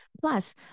Plus